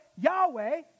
Yahweh